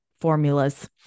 formulas